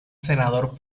senador